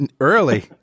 early